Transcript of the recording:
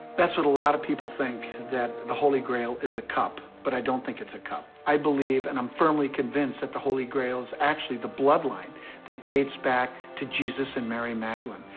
that's what a lot of people think, that the holy grail is a cup, but i don't think it's a cup. i believe and i'm firmly convinced that the holy grail is actually the bloodline that dates back to jesus and mary magdalene.